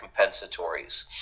compensatories